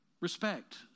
respect